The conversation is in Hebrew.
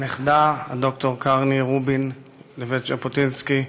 הנכדה ד"ר קרני רובין לבית ז'בוטינסקי,